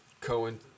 Cohen